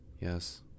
Yes